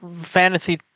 fantasy